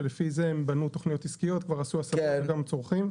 שלפי זה הם כבר עשו תוכניות עסקיות וכבר עשו הסבות והם גם צורכים.